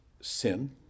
sin